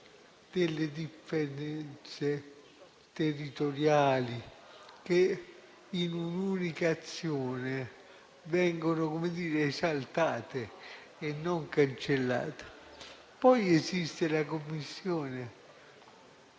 delle differenze territoriali che, in un'unica azione, vengono esaltate e non cancellate. Poi esiste la Commissione,